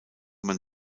man